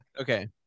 Okay